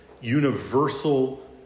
universal